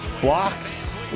Blocks